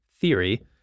theory